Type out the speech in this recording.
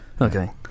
Okay